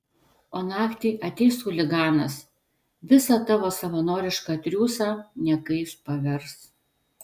o naktį ateis chuliganas visą tavo savanorišką triūsą niekais pavers